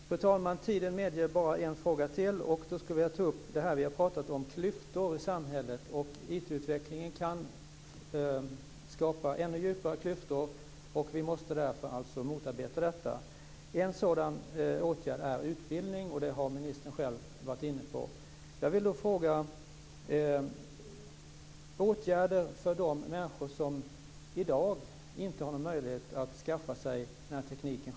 Fru talman! Tiden medger bara en fråga till. Jag skulle vilja ta upp det vi har pratat om, nämligen klyftor i samhället. IT-utvecklingen kan skapa ännu djupare klyftor. Vi måste därför motarbeta detta. En sådan åtgärd är utbildning. Det har ministern själv varit inne på. Jag vill då fråga om åtgärder för de människor som i dag inte har någon möjlighet att själva skaffa sig tekniken.